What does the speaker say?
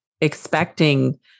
expecting